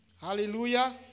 Hallelujah